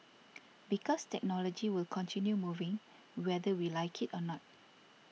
because technology will continue moving whether we like it or not